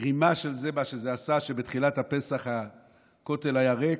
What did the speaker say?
מה שזה עשה זה שבתחילת פסח הכותל היה ריק.